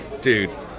dude